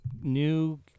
new